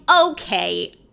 okay